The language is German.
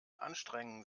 anstrengen